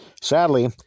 Sadly